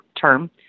term